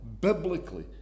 biblically